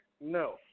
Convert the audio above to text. No